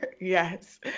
yes